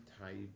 type